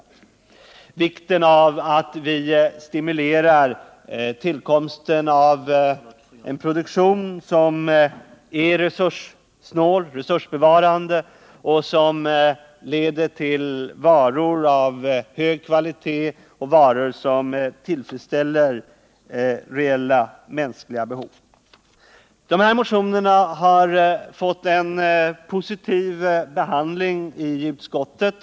Det gäller vikten av att vi stimulerar tillkomsten av en produktion som är resursbevarande och som leder till varor av hög kvalitet och varor som tillfredsställer reella mänskliga behov. De här motionerna har fått en positiv behandling i utskottet.